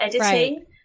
editing